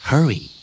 Hurry